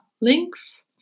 links